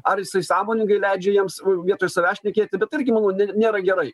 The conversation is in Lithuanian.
ar jisai sąmoningai leidžia jiems vietoj savęs šnekėti bet irgi manau ne nėra gerai